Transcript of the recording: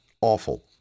Awful